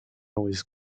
with